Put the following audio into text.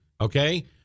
okay